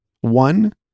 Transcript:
one